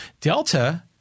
Delta